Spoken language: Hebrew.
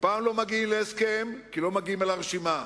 ופעם לא מגיעים להסכם כי לא מגיעים אל הרשימה,